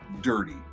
dirty